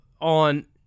on